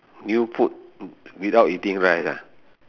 new food without eating rice ah